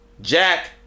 Jack